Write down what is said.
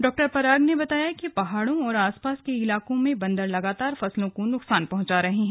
डॉ पराग ने बताया कि पहाड़ों और आसपास के इलाकों में बंदर लगातार फसलों को नुकसान पहुंचा रहे हैं